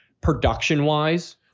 production-wise